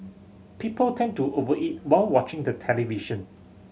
people tend to over eat while watching the television